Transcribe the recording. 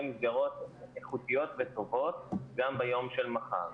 מסגרות איכותיות וטובות גם ביום של מחר.